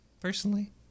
personally